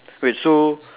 wait so